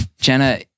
Jenna